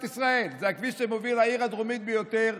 ישראל: זה הכביש שמוביל לעיר הדרומית ביותר,